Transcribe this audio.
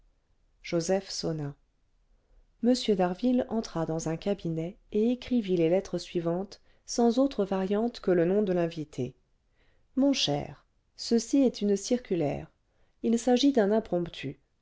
joseph sonna m d'harville entra dans un cabinet et écrivit les lettres suivantes sans autre variante que le nom de l'invité mon cher ceci est une circulaire il s'agit d'un